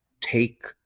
take